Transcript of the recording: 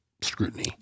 scrutiny